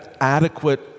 adequate